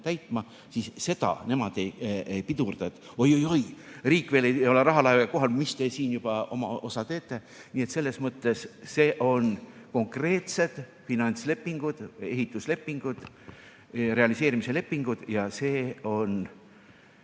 täitma, siis seda nemad ei pidurda, et oi-oi-oi, riik veel ei ole rahalaevaga kohal, mis te siin oma osa juba teete. Nii et selles mõttes see on konkreetsed finantslepingud, ehituslepingud, realiseerimise lepingud ja see tuleb